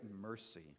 mercy